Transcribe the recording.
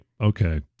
okay